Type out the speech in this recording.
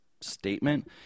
statement